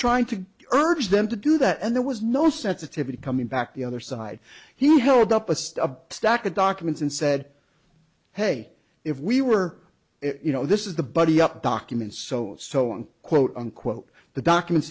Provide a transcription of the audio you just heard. trying to urge them to do that and there was no sensitivity coming back the other side he held up a stack of documents and said hey if we were you know this is the buddy up documents so so on quote unquote the documents